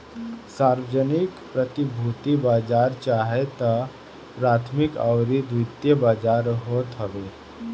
सार्वजानिक प्रतिभूति बाजार चाहे तअ प्राथमिक अउरी द्वितीयक बाजार होत हवे